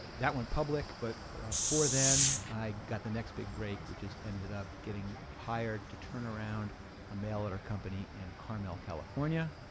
that went public, but before then, i got the next big break, which is ended up getting hired to turn around a mail order company in carmel, california.